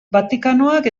vatikanoak